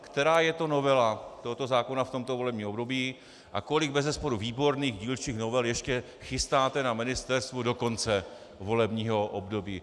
Která je to novela tohoto zákona v tomto volebním období a kolik bezesporu výborných dílčích novel ještě chystáte na Ministerstvu do konce volebního období?